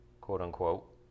quote-unquote